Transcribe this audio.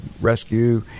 rescue